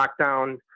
lockdown